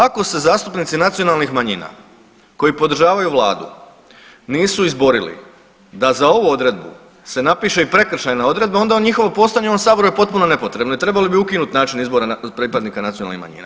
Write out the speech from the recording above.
Ako se zastupnici nacionalnih manjina koji podržavaju vladu nisu izborili da za ovu odredbu se napiše i prekršajna odredba onda njihovo postojanje u ovom saboru je potrebno nepotrebno i trebali bi ukinut način izbora pripadnika nacionalnih manjina.